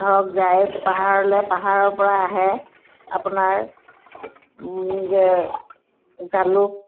ধৰক যায় পাহাৰলৈ পাহাৰৰ পৰা আহে আপোনাৰ জালুক